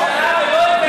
היית שרה בממשלה ולא הבאת.